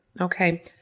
Okay